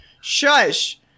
Shush